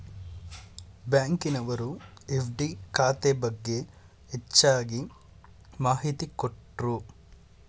ಬ್ಯಾಂಕಿನವರು ಎಫ್.ಡಿ ಖಾತೆ ಬಗ್ಗೆ ಹೆಚ್ಚಗೆ ಮಾಹಿತಿ ಕೊಟ್ರು